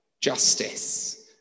justice